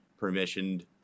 permissioned